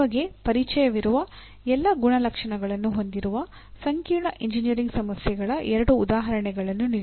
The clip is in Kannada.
ನಿಮಗೆ ಪರಿಚಯವಿರುವ ಎಲ್ಲಾ ಗುಣಲಕ್ಷಣಗಳನ್ನು ಹೊಂದಿರುವ ಸಂಕೀರ್ಣ ಎಂಜಿನಿಯರಿಂಗ್ ಸಮಸ್ಯೆಗಳ ಎರಡು ಉದಾಹರಣೆಗಳನ್ನು ನೀಡಿ